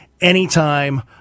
anytime